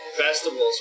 festivals